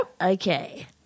Okay